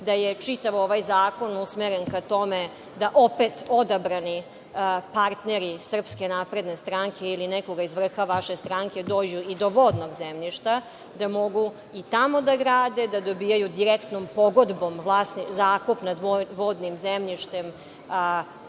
da je čitav ovaj zakon usmeren ka tome da opet odabrani partneri SNS ili nekoga iz vrha vaše stranke dođu i do vodnog zemljišta, da mogu i tamo da grade, da dobijaju direktnom pogodbom zakup nad vodinim zemljištem